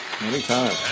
Anytime